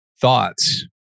thoughts